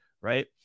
right